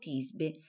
Tisbe